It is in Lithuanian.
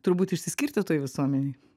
turbūt išsiskirti toj visuomenėj